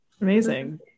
amazing